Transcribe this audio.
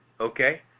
okay